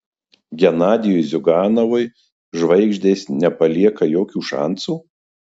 genadijui ziuganovui žvaigždės nepalieka jokių šansų